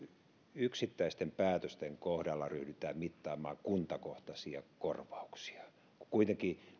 yksittäisten päätösten kohdalla ryhdytään mittaamaan kuntakohtaisia korvauksia kun kuitenkin